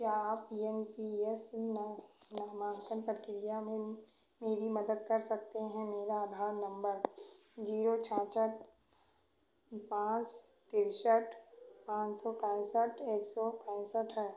क्या आप N P S नामांकन प्रक्रिया में मेरी मदद कर सकते हैं मेरा आधार नम्बर जीरो छियासठ पाँच तिरसठ पाँच सौ पैंसठ एक सौ पैंसठ है